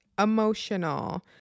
emotional